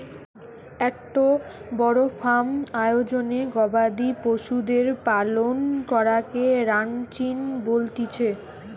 একটো বড় ফার্ম আয়োজনে গবাদি পশুদের পালন করাকে রানচিং বলতিছে